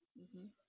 mmhmm